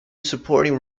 supporting